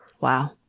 Wow